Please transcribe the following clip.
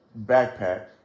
backpack